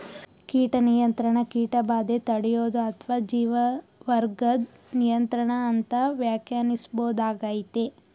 ಕೀಟ ನಿಯಂತ್ರಣ ಕೀಟಬಾಧೆ ತಡ್ಯೋದು ಅತ್ವ ಜೀವವರ್ಗದ್ ನಿಯಂತ್ರಣ ಅಂತ ವ್ಯಾಖ್ಯಾನಿಸ್ಬೋದಾಗಯ್ತೆ